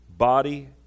body